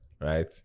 Right